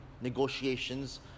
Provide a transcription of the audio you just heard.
negotiations